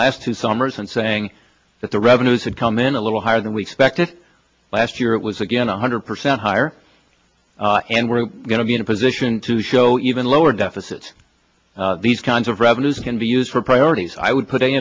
last two summers and saying that the revenues would come in a little higher than we expected last year it was again one hundred percent higher and we're going to be in a position to show even lower deficit these kinds of revenues can be used for priorities i would put a